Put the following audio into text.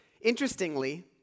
Interestingly